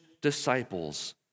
disciples